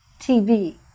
TV